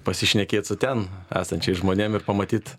pasišnekėt su ten esančiais žmonėm ir pamatyt